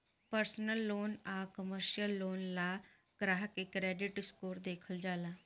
personal loan आ commercial loan ला ग्राहक के क्रेडिट स्कोर देखल जाला